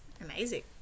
Amazing